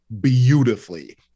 beautifully